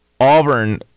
Auburn